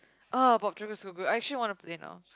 ah Poptropica's so good I actually wanna play now